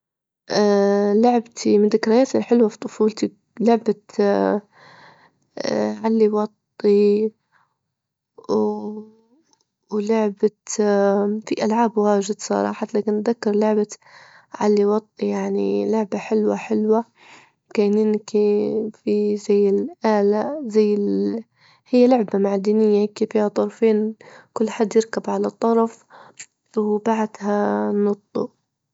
لعبتي من الذكريات الحلوة في طفولتي لعبة علي وطي، ولعبة في ألعاب واجد صراحة، لكن أتذكر لعبة علي وطي، يعني لعبة حلوة حلوة، كان يمكن فيه زي الألة- زي ال- هي لعبة معدنية فيها طرفين، كل حد يركب على طرف وبعدها نطوا.